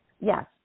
yes